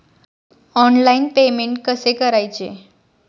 Online payment कसे करायचे?